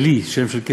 הרי זה ייטול.